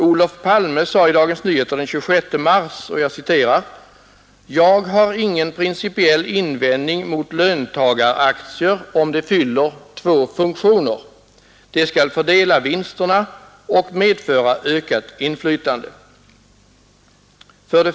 Olof Palme sade i Dagens Nyheter den 26 mars: ”Jag har ingen principiell invändning mot löntagaraktier om de fyller två funktioner. De skall fördela vinsterna och medföra ökat inflytande.” S.